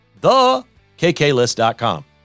thekklist.com